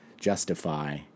justify